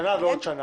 שנה ועוד שנה.